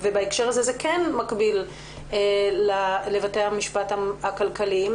בהקשר הזה זה כן מקביל לבתי המשפט הכלכליים,